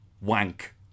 wank